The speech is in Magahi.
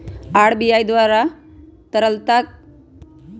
आर.बी.आई द्वारा मुद्रा के तरलता के आधार पर बाटल जाइ छै